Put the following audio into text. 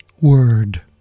word